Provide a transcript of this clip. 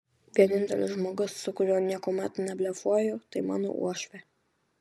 vienintelis žmogus su kuriuo niekuomet neblefuoju tai mano uošvė